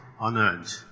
unearned